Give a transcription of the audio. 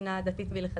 מבחינה דתית והלכתית.